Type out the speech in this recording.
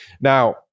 Now